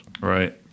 Right